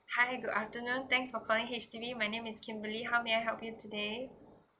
hi good afternoon thanks for calling H_D_B my name is kimberley how may I help you today